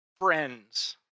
friends